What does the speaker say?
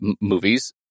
movies